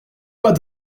pas